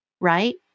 Right